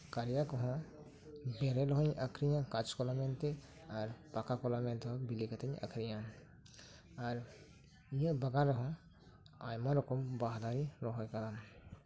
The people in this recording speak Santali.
ᱠᱟᱨᱭᱟ ᱠᱚᱦᱚᱸ ᱵᱮᱨᱮᱞ ᱨᱮᱦᱚᱧ ᱟᱠᱷᱨᱤᱧᱟ ᱠᱟᱪ ᱠᱚᱞᱟ ᱢᱮᱱᱛᱮ ᱟᱨ ᱯᱟᱠᱟ ᱠᱚᱞᱟ ᱢᱮᱱᱛᱮᱦᱚᱧ ᱵᱮᱹᱞᱮᱹ ᱠᱟᱛᱮᱧ ᱟᱠᱷᱨᱤᱧᱟ ᱟᱨ ᱤᱧᱟᱜ ᱵᱟᱜᱟᱱ ᱨᱮᱦᱚᱸ ᱟᱭᱢᱟ ᱨᱚᱠᱚᱢ ᱵᱟᱦᱟ ᱫᱟᱨᱤᱧ ᱨᱚᱦᱚᱭ ᱟᱠᱟᱫᱟ